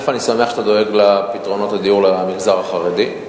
אני שמח שאתה דואג לפתרונות הדיור למגזר החרדי,